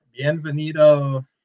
Bienvenido